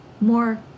more